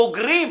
בוגרים,